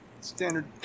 Standard